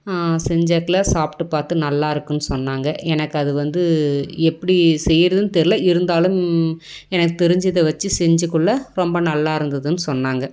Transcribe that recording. செஞ்ச இடத்துல சாப்பிட்டு பார்த்து நல்லா இருக்குன்னு சொன்னாங்கள் எனக்கு அது வந்து எப்படி செய்கிறதுன்னு தெரியல இருந்தாலும் எனக்குத் தெரிஞ்சத வச்சு செஞ்சக்குள்ள ரொம்ப நல்லா இருந்ததுன்னு சொன்னாங்கள்